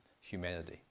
humanity